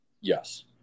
Yes